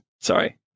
Sorry